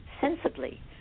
sensibly